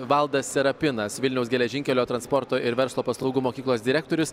valdas serapinas vilniaus geležinkelio transporto ir verslo paslaugų mokyklos direktorius